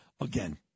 again